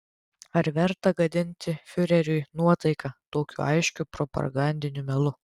ar verta gadinti fiureriui nuotaiką tokiu aiškiu propagandiniu melu